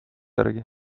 järgi